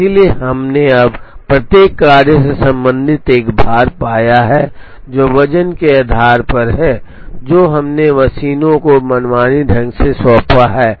इसलिए हमने अब प्रत्येक कार्य से संबंधित एक भार पाया है जो वजन के आधार पर है जो हमने मशीनों को मनमाने ढंग से सौंपा है